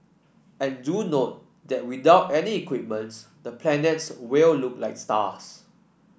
and do note that without any equipments the planets will look like stars